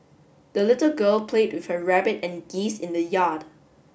the little girl played with her rabbit and geese in the yard